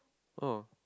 oh